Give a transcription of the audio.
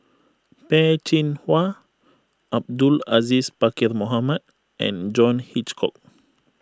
Peh Chin Hua Abdul Aziz Pakkeer Mohamed and John Hitchcock